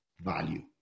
value